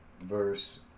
verse